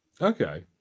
Okay